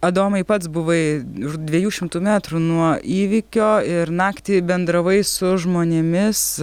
adomai pats buvai už dviejų šimtų metrų nuo įvykio ir naktį bendravai su žmonėmis